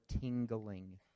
tingling